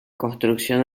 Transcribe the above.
construcción